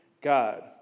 God